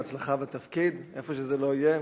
בהצלחה בתפקיד, איפה שזה לא יהיה,